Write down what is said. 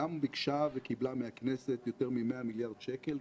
גם ביקשה וקיבלה מהכנסת יותר מ-100 מיליארד שקל.